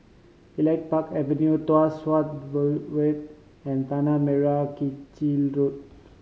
Elite Park Avenue Tuas Boulevard and Tanah Merah Kechil Road